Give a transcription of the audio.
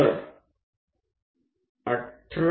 तर 18